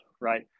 right